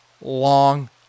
long